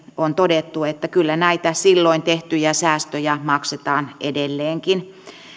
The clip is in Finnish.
on todettu että kyllä näitä silloin tehtyjä säästöjä maksetaan edelleenkin